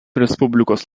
respublikos